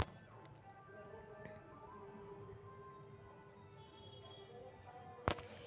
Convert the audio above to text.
नगरनिगम के प्रावधान संविधान में सेहो कयल गेल हई